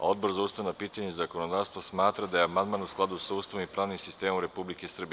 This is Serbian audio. Odbor za ustavna pitanja i zakonodavstva smatra da je amandman u skladu sa ustavom i pravnim sistemom Republike Srbije.